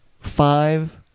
five